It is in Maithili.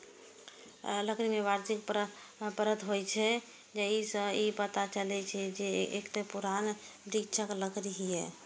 लकड़ी मे वार्षिक परत होइ छै, जाहि सं ई पता चलै छै, जे ई कतेक पुरान वृक्षक लकड़ी छियै